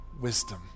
wisdom